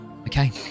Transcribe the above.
Okay